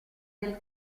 del